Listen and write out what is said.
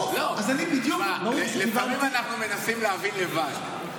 לפעמים אנחנו מנסים להבין לבד.